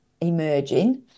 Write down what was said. emerging